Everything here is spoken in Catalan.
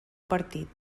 partit